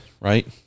right